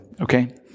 okay